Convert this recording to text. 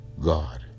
God